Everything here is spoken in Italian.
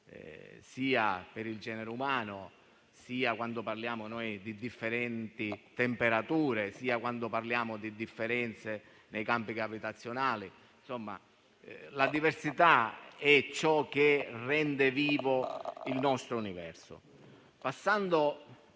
sia per il genere umano, sia quando parliamo di differenti temperature o di campi gravitazionali. Insomma, la diversità è ciò che rende vivo il nostro universo. Passando